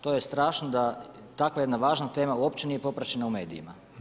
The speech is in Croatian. To je strašno da takva jedna važna tema uopće nije popraćena u medijima.